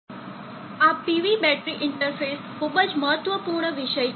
આ PV battery interface ખૂબ જ મહત્વપૂર્ણ વિષય છે